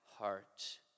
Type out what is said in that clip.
Heart